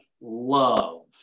love